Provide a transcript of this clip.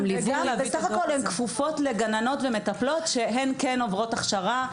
בסך הכול הן כפופות לגננות ומטפלות שהן כן עוברות הכשרה.